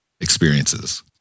experiences